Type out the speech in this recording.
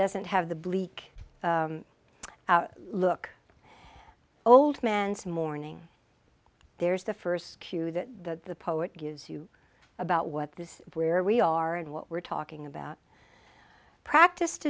doesn't have the bleak look old man's morning there's the first cue that the poet gives you about what this where we are and what we're talking about practiced